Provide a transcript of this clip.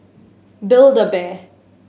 Build A Bear